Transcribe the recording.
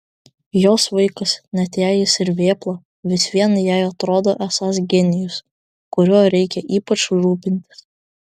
jos vaikas net jei jis ir vėpla vis viena jai atrodo esąs genijus kuriuo reikia ypač rūpintis